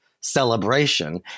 celebration